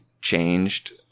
changed